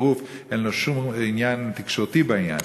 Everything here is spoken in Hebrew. שרוף אין לו שום עניין תקשורתי בעניין.